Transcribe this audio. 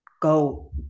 go